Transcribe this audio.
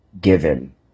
given